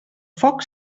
foc